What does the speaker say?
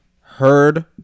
heard